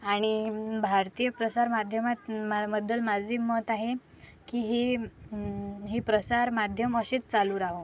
आणि भारतीय प्रसारमाध्यमात बद्दल माझे मत आहे की हे हे प्रसारमाध्यम असेच चालू राहो